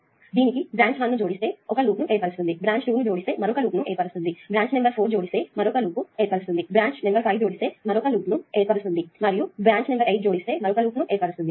కాబట్టి దీనికి బ్రాంచ్ 1 జోడిస్తే ఒక లూప్ ను ఏర్పరుస్తుంది బ్రాంచ్ నెంబర్ 2 జోడిస్తే మరొక లూప్ ను ఏర్పరుస్తుంది బ్రాంచ్ నెంబర్ 4 జోడిస్తే మరొక లూప్ ఏర్పరుస్తుంది బ్రాంచ్ నెంబర్ 5 జోడిస్తే మరొక లూప్ని ఏర్పరుస్తుంది మరియు బ్రాంచ్ నంబర్ 8 ని జోడిస్తే మరొక లూప్ ను ఏర్పరుస్తుంది